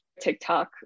TikTok